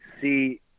see